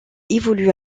évolue